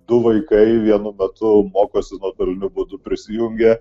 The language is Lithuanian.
du vaikai vienu metu mokosi nuotoliniu būdu prisijungę